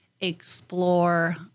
explore